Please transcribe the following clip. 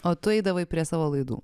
o tu eidavai prie savo laidų